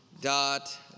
dot